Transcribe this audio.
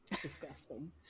Disgusting